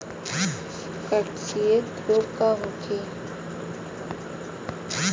काकसिडियासित रोग का होखे?